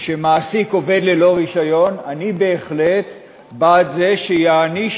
שמעסיק עובד ללא רישיון, אני בהחלט בעד זה שיענישו